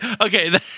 Okay